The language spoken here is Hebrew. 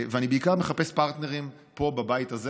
אני בעיקר מחפש פרטנרים בבית הזה,